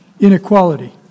inequality